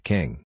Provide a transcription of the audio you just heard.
King